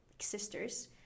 sisters